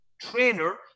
trainer